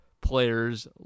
players